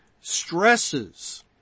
stresses